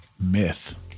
myth